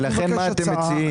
ולכן מה אתם מציעים?